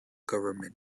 government